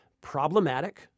problematic